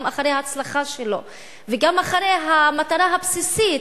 גם אחרי ההצלחה שלו וגם אחרי המטרה הבסיסית.